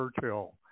Churchill